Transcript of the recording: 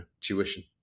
tuition